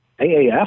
AAF